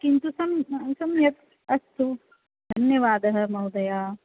किन्तु सं सम्यक् अस्तु धन्यवादः महोदय